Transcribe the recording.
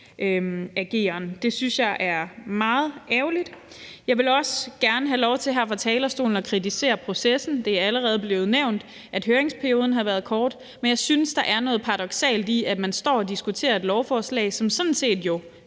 Det synes jeg er meget ærgerligt. Jeg vil også gerne have lov til her fra talerstolen at kritisere processen. Det er allerede blevet nævnt, at høringsperioden har været kort, men jeg synes, at der er noget paradoksalt i, at man står og diskuterer et lovforslag, hvis indhold